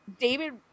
david